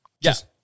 Yes